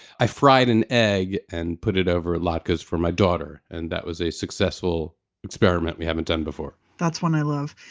i fried an egg and put it over latkes for my daughter, and that was a successful experiment we haven't done before that's what i love.